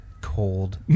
Cold